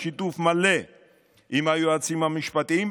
בשיתוף מלא עם היועצים המשפטיים,